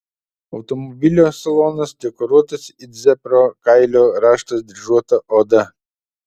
automobilio salonas dekoruotas it zebro kailio raštas dryžuota oda